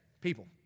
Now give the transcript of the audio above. People